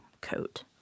coat